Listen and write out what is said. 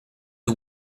had